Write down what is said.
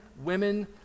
women